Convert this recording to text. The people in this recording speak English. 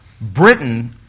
Britain